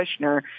Kushner